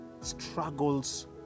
struggles